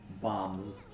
Bombs